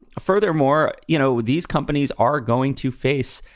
furthermore, you know, these companies are going to face,